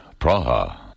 Praha